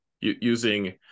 using